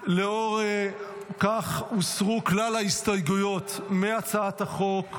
לאור כך, הוסרו כלל ההסתייגויות להצעת החוק.